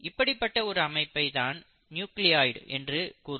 இப்படிப்பட்ட ஒரு அமைப்பை தான் நியூக்ளியோய்டு என்று கூறுவர்